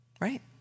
Right